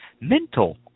mental